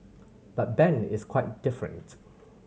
but Ben is quite different